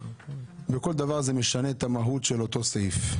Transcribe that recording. וכל דבר משנה את המהות של אותו סעיף.